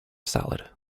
salad